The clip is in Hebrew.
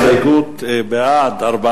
בעד, 4,